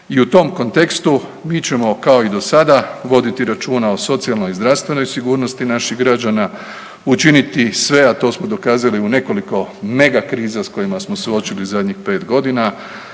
I u tom kontekstu mi ćemo kao i do sada voditi računa o socijalnoj i zdravstvenoj sigurnosti naših građana, učiniti sve, a to smo dokazali u nekoliko megakriza s kojima smo se suočili zadnjih 5 godina,